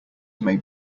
may